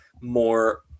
more